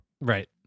Right